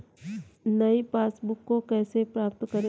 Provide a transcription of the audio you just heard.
नई पासबुक को कैसे प्राप्त करें?